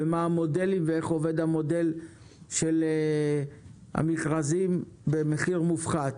מה המודלים ואיך עובד המודל של המכרזים במחיר מופחת.